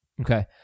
Okay